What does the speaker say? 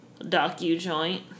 docu-joint